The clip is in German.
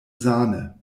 sahne